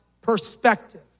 perspective